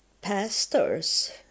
pastors